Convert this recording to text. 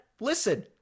Listen